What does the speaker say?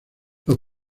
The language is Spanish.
los